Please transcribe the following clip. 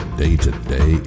day-to-day